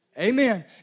Amen